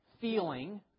feeling